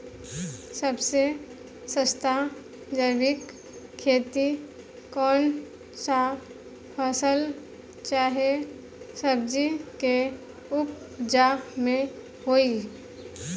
सबसे सस्ता जैविक खेती कौन सा फसल चाहे सब्जी के उपज मे होई?